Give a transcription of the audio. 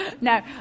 no